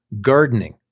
gardening